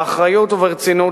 באחריות וברצינות,